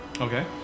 Okay